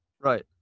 Right